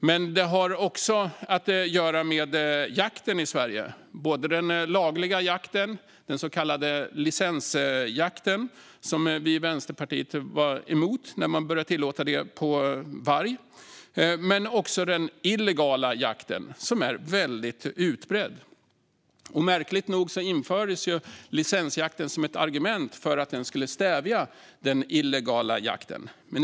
Men det har också att göra med jakten i Sverige, både den lagliga jakten, den så kallade licensjakten, som vi i Vänsterpartiet var emot när man började tillåta den på varg, och den illegala jakten, som är väldigt utbredd. Märkligt nog var ett argument när licensjakten infördes att den skulle stävja den illegala jakten.